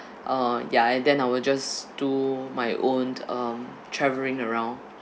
uh ya and then I will just do my own um travelling around